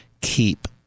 keep